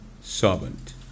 servant